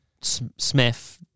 Smith